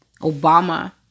Obama